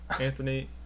Anthony